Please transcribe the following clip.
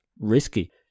Risky